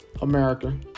America